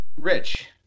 Rich